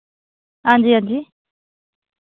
हां जी हां जी